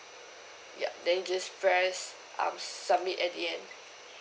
yup then just press um submit at the end